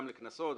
גם לקנסות,